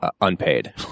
unpaid